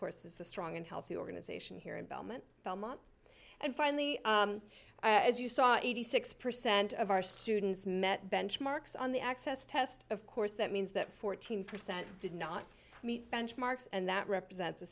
course is a strong and healthy organization here in belmont belmont and finally as you saw eighty six percent of our students met benchmarks on the access test of course that means that fourteen percent did not meet benchmarks and that represents a